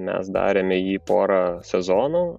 mes darėme jį porą sezonų